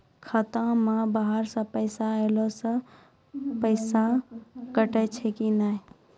खाता मे बाहर से पैसा ऐलो से पैसा कटै छै कि नै?